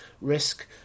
risk